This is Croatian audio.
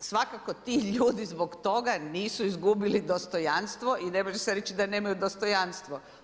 svakako to, ti ljudi zbog toga nisu izgubili dostojanstvo i ne može se reći da nemaju dostojanstvo.